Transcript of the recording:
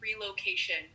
relocation